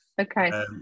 Okay